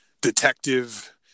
detective